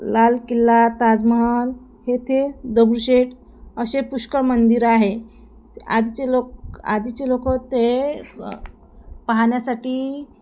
लाल किल्ला ताजमहल हे ते दगडूशेठ असे पुष्कळ मंदिरं आहे आधीचे लोक आधीचे लोक ते पाहण्यासाठी